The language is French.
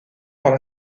par